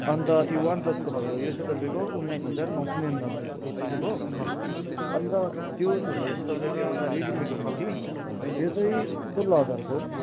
अन्त यो वान प्लसको भयो यो चाहिँ तपाईँको उन्नाइस हजार नौ सौ निनानब्बेको हो अन्त त्यो छोडेर चाहिँ तपाईँको एउटा रेडमीको छ कि यो चाहिँ सोह्र हजारको हो